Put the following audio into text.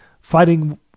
Fighting